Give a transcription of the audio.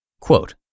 Quote